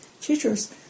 teachers